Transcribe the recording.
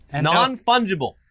Non-fungible